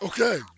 Okay